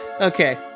Okay